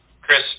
Chris